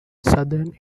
southern